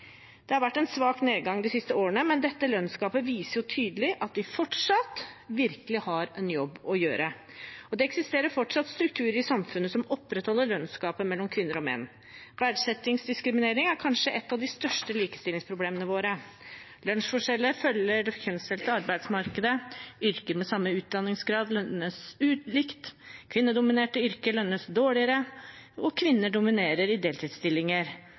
Det har vært en svak nedgang de siste årene, men dette lønnsgapet viser tydelig at vi fortsatt virkelig har en jobb å gjøre. Og det eksisterer fortsatt strukturer i samfunnet som opprettholder lønnsgapet mellom kvinner og menn. Verdsettingsdiskriminering er kanskje et av de største likestillingsproblemene våre. Lønnsforskjeller følger det kjønnsdelte arbeidsmarkedet. Yrker med samme utdanningsgrad lønnes ulikt, kvinnedominerte yrker lønnes dårligere, og kvinner dominerer i deltidsstillinger